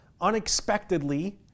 unexpectedly